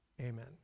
amen